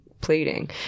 plating